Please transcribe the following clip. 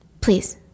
Please